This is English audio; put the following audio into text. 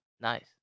Nice